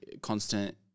constant